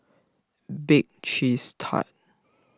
Bake Cheese Tart